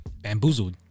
bamboozled